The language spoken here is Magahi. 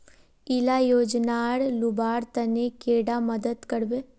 इला योजनार लुबार तने कैडा मदद करबे?